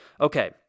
Okay